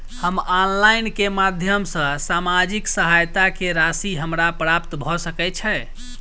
हम ऑनलाइन केँ माध्यम सँ सामाजिक सहायता केँ राशि हमरा प्राप्त भऽ सकै छै?